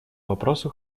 вопросу